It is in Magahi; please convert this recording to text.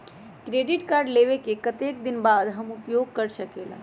क्रेडिट कार्ड लेबे के कतेक दिन बाद हम उपयोग कर सकेला?